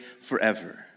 forever